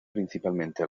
principalmente